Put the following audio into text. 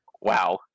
Wow